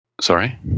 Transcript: Sorry